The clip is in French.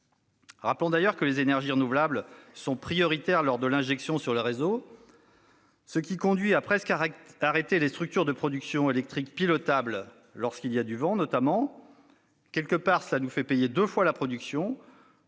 Rappelons d'ailleurs que les énergies renouvelables sont prioritaires lors de l'injection sur le réseau, ce qui conduit à presque arrêter les structures de production électrique pilotables lorsqu'il y a du vent notamment. Quelque part, cela nous fait payer deux fois la production,